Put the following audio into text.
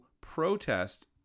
protest